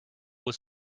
was